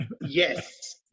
Yes